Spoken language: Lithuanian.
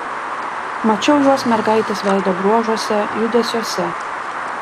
mačiau juos mergaitės veido bruožuose judesiuose